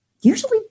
usually